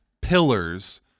pillars